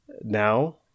now